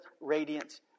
radiant